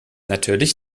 natürlich